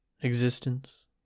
existence